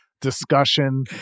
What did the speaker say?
discussion